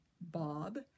Bob